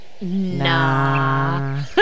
Nah